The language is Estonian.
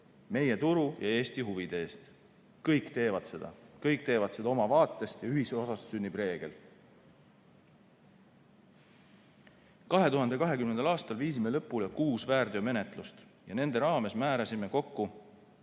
Meie turu ja Eesti huvide eest. Kõik teevad seda. Kõik teevad seda oma vaatest ja ühisosast sünnib reegel. 2020. aastal viisime lõpule kuus väärteomenetlust ja nende raames määrasime kokku